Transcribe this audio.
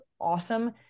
awesome